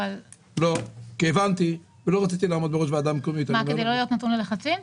כדי לא להיות נתון ללחצים?